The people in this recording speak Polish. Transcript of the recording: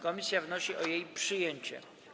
Komisja wnosi o jej przyjęcie.